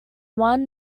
one